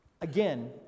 Again